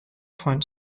point